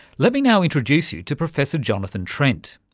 let me now introduce you to professor jonathan trent.